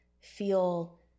feel